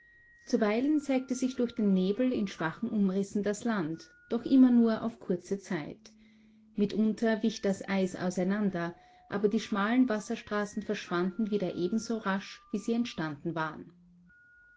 zuweilen zeigte sich durch den nebel in schwachen umrissen das land doch immer nur auf kurze zeit mitunter wich das eis auseinander aber die schmalen wasserstraßen verschwanden wieder ebenso rasch wie sie entstanden waren